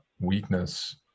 weakness